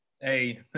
Hey